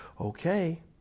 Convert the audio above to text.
Okay